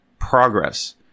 progress